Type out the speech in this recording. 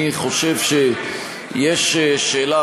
אני חושב שיש שאלה,